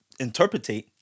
interpretate